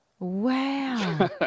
Wow